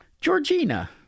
georgina